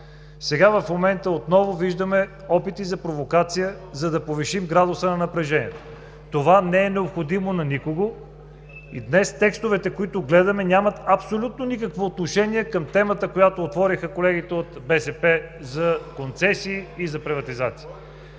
Сега, в момента, отново виждаме опити за провокация, за да повишим градуса на напрежението. Това не е необходимо на никого и днес текстовете, които гледаме, нямат абсолютно никакво отношение към темата, която отвориха колегите от БСП за концесии и за приватизация.